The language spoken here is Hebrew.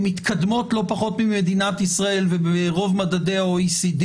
מתקדמות לא פחות ממדינת ישראל וברוב מדדי ה-OECD